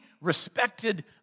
respected